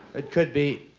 it could be.